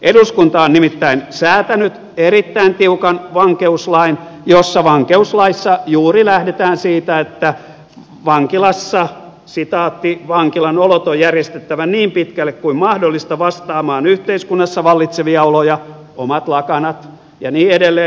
eduskunta on nimittäin säätänyt erittäin tiukan vankeuslain jossa vankeuslaissa juuri lähdetään siitä että vankilassa vankilan olot on järjestettävä niin pitkälle kuin mahdollista vastaamaan yhteiskunnassa vallitsevia elinoloja omat lakanat ja niin edelleen